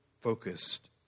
focused